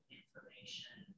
information